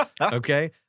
Okay